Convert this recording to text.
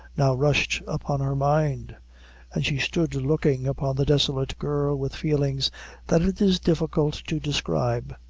now rushed upon her mind and she stood looking upon the desolate girl with feelings that it is difficult to describe.